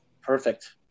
Perfect